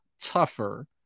tougher